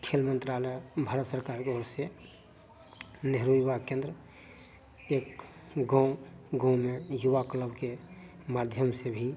खेल मन्त्रालय भारत सरकार की ओर से नेहरू युवा केन्द्र एक गाँव गाँव में युवा क्लब के माध्यम से भी